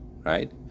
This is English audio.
right